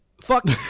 Fuck